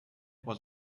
was